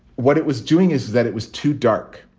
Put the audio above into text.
what it was doing is that it was too dark.